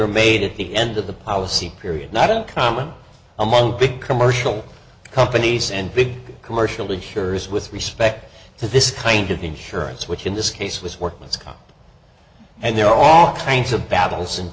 are made at the end of the policy period not uncommon among big commercial companies and big commercial insurers with respect to this kind of insurance which in this case was workman's comp and there are all kinds of battles and